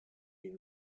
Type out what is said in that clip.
you